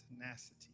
tenacity